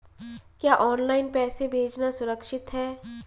क्या ऑनलाइन पैसे भेजना सुरक्षित है?